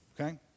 Okay